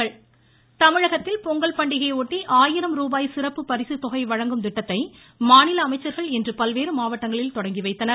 ரூரூரூ பொங்கல் பரிசு வெல்லமண்டி தமிழகத்தில் பொங்கல் பண்டிகையை ஒட்டி ஆயிரம் ரூபாய் சிறப்பு பரிசு தொகை வழங்கும் திட்டத்தை மாநில அமைச்சர்கள் இன்று பல்வேறு மாவட்டங்களில் தொடங்கிவைத்தனர்